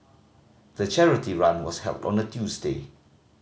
the charity run was held on a Tuesday